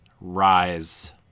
Rise